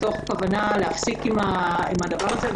מתוך כוונה להפסיק עם הדבר הזה.